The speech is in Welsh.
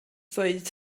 ddweud